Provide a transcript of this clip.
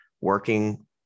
working